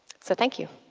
so thank you.